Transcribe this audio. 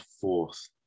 fourth